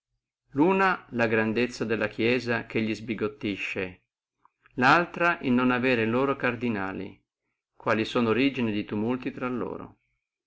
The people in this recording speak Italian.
luna la grandezza della chiesia che li sbigottisce laltra el non avere loro cardinali quali sono origine de tumulti infra loro